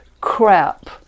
crap